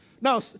Now